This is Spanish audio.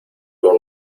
con